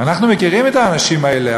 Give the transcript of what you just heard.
אנחנו מכירים את האנשים האלה,